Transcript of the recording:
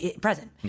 present